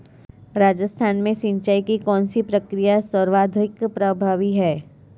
राजस्थान में सिंचाई की कौनसी प्रक्रिया सर्वाधिक प्रभावी है?